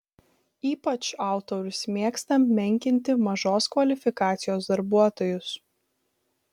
ypač autorius mėgsta menkinti mažos kvalifikacijos darbuotojus